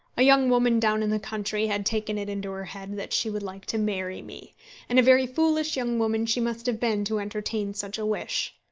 a young woman down in the country had taken it into her head that she would like to marry me and a very foolish young woman she must have been to entertain such a wish.